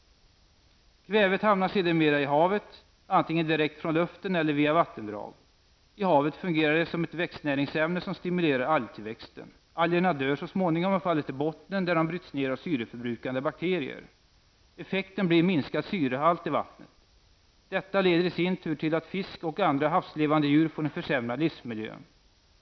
Kvävet hamnar sedermera i havet, antingen direkt från luften eller via vattendrag. I havet fungerar det som ett växtnäringsämne som stimulerar algtillväxten. Algerna dör så småningom och faller till bottnen där de bryts ner av syreförbrukande bakterier. Effekten blir minskad syrehalt i vattnet. Detta leder i sin tur till att fisk och andra havslevande djur får en försämrad livsmiljö.